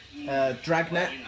Dragnet